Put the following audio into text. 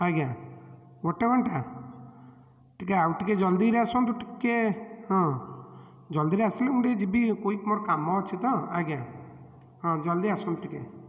ଆଜ୍ଞା ଗୋଟେ ଘଣ୍ଟା ଟିକେ ଆଉ ଟିକିଏ ଜଲ୍ଦିରେ ଆସନ୍ତୁ ଟିକେ ହଁ ଜଲ୍ଦିରେ ଆସିଲେ ମୁଁ ଟିକେ ଯିବି କୁଇକ୍ ମୋର କାମ ଅଛିତ ଆଜ୍ଞା ହଁ ଜଲ୍ଦି ଆସନ୍ତୁ ଟିକିଏ